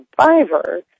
survivor